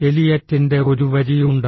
എലിയറ്റിന്റെ ഒരു വരിയുണ്ട്